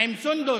עם סונדוס,